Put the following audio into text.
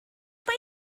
mae